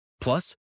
Plus